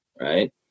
right